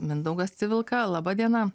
mindaugas civilka laba diena